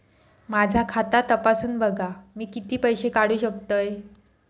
माझा खाता तपासून बघा मी किती पैशे काढू शकतय?